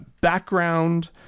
background